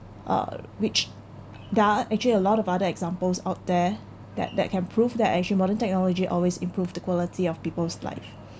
our which die actually a lot of other examples out there that that can prove they're actually modern technology always improve the quality of people's life